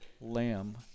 Lamb